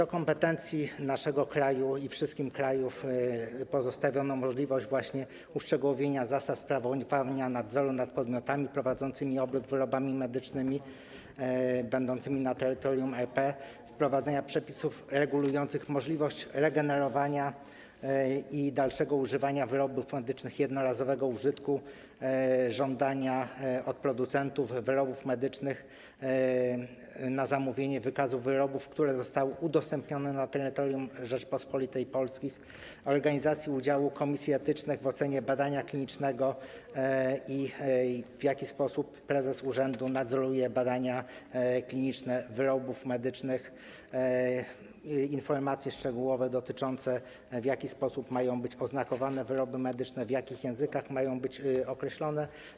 W kompetencji naszego kraju i wszystkim krajów pozostawiono możliwość uszczegółowienia zasad sprawowania nadzoru nad podmiotami prowadzącymi obrót wyrobami medycznymi na terytorium RP, wprowadzenia przepisów regulujących możliwość regenerowania i dalszego używania wyrobów medycznych jednorazowego użytku, żądania od producentów wyrobów medycznych na zamówienie wykazu wyrobów, które zostały udostępnione na terytorium Rzeczypospolitej Polskiej, organizacji udziału komisji etycznych w ocenie badania klinicznego, tego, w jaki sposób prezes urzędu nadzoruje badania kliniczne wyrobów medycznych, ustalania informacji szczegółowych dotyczących tego, w jaki sposób mają być oznakowane wyroby medyczne, w jakich językach mają być określone.